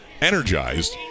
energized